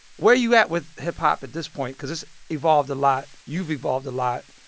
where are you at with hip-hop at this point? because it's evolved a lot. you've evolved a lot.